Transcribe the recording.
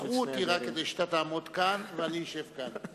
בחרו אותי רק כדי שאתה תעמוד כאן ואני אשב כאן.